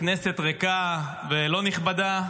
כנסת ריקה ולא נכבדה,